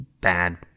bad